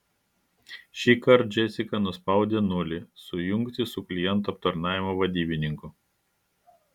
šįkart džesika nuspaudė nulį sujungti su klientų aptarnavimo vadybininku